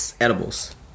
edibles